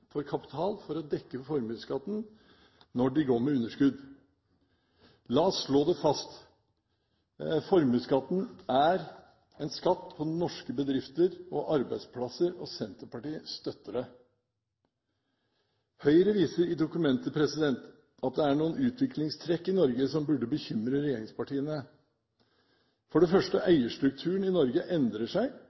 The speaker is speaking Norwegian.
for kapital for å dekke formuesskatten når den går med underskudd. La oss slå det fast: Formuesskatten er en skatt på norske bedrifter og arbeidsplasser, og Senterpartiet støtter det. Høyre viser i dokumentet at det er noen utviklingstrekk i Norge som burde bekymre regjeringspartiene. For det første: Eierstrukturen i Norge endrer seg.